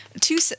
two